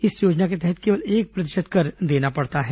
इस योजना के तहत केवल एक प्रतिशत कर देना पड़ता है